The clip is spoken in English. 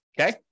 Okay